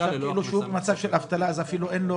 עכשיו כשהוא במצב של אבטלה אין לו